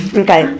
okay